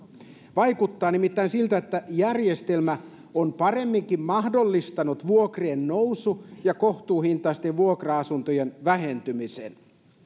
vaikuttaa nimittäin siltä että järjestelmä on paremminkin mahdollistanut vuokrien nousun ja kohtuuhintaisten vuokra asuntojen vähentymisen